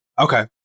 Okay